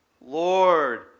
Lord